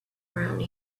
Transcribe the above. around